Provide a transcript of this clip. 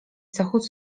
zachód